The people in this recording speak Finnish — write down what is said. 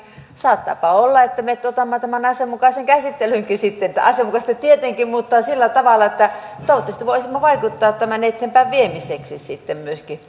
saattaapa olla että me otamme tämän asianmukaiseen käsittelyynkin asianmukaiseen tietenkin mutta sillä tavalla että toivottavasti voisimme vaikuttaa tämän eteenpäinviemiseksi myöskin